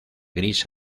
gris